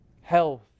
Health